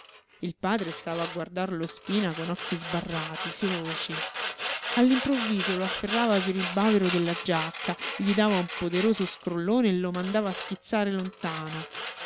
il padre stava a guardar lo spina con occhi sbarrati feroci all'improvviso lo afferrava per il bavero della giacca gli dava un poderoso scrollone e lo mandava a schizzare lontano